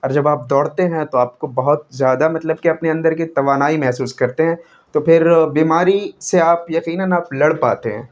اور جب آپ دوڑتے ہیں تو آپ بہت زیادہ مطلب کہ اپنے اندر کی توانائی محسوس کرتے ہیں تو پھر بیماری سے آپ یقیناً آپ لڑ پاتے ہیں